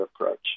approach